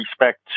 respect